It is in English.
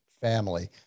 family